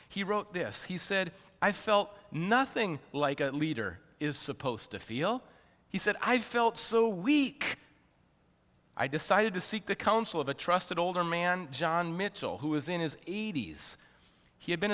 he wrote this he said i felt nothing like a leader is supposed to feel he said i felt so weak i decided to seek the counsel of a trusted older man john mitchell who was in his eighty's he had been